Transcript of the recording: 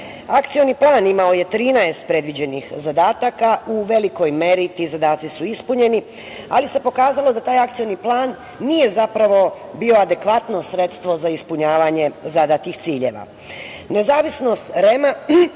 REM-a. Akcioni plan je imao 13 predviđenih zadataka. U velikoj meri su ti zadaci ispunjeni, ali se pokazalo da taj akcioni plan nije zapravo bio adekvatno sredstvo za ispunjavanje zadatih ciljeva.